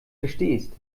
verstehst